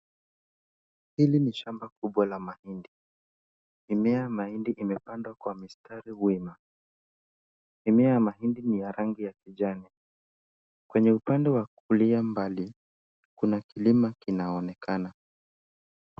Hili ni shamba kubwa la mahindi. Mimea ya mahindi imepandwa kwa mistari wima. Mimea ya mahindi ni ya rangi ya kijani. Kwenye upande wa kulia mbali, kuna kilima kinaonekana.